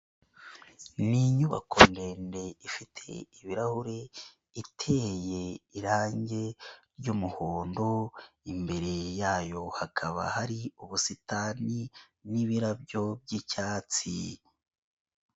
Ni inyubako ndende ifite ibirahuri, iteye irangi ry'umuhondo, imbere yayo hakaba hari ubusitani n'ibirabyo by'icyatsi.